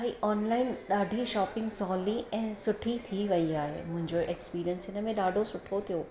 भाई ऑनलाइन ॾाढी शॉपींग सवली ऐं सुठी थी वई आहे मुंहिंजो एक्स्पिरीअंस हिनमें ॾाढो सुठो थियो